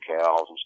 cows